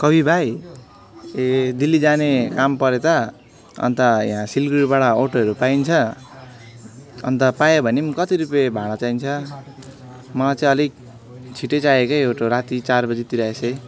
कबीर भाइ ए दिल्ली जाने काम पर्यो त अन्त यहाँ सिलगढीबाट अटोहरू पाइन्छ अन्त पायो भने पनि कति रुपियाँ भाडा चाहिन्छ मलाई चाहिँ अलिक छिट्टै चाहिएको है अटो राति चार बजीतिर यसै